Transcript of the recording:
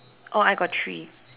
oh I got three